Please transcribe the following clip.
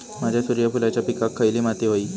माझ्या सूर्यफुलाच्या पिकाक खयली माती व्हयी?